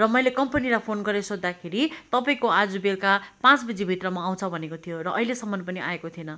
र मैले कम्पनीलाई फोन गरेर सोध्दाखेरि तपाईँको आज बेलुका पाँच बजीभित्रमा आउँछ भनेको थियो र अहिलेसम्म पनि आएको थिएन